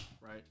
right